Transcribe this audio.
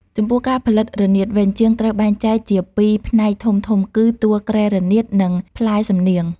ចំពោះការផលិត រនាត វិញ ជាងត្រូវបែងចែកជាពីរផ្នែកធំៗ គឺ តួគ្រែរនាត និង ផ្លែសំនៀង។